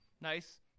nice